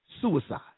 suicide